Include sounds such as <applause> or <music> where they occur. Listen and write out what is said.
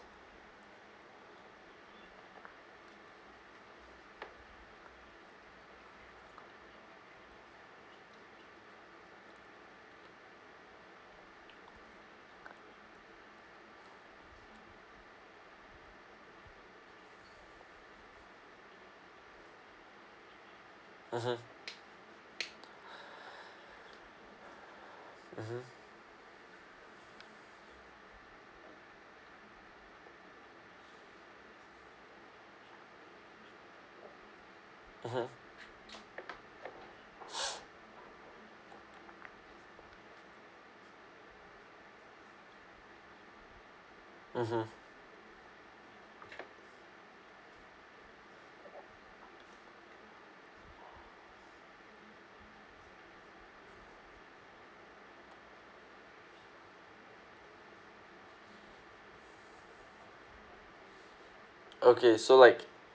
mmhmm mmhmm mmhmm <breath> mmhmm okay so like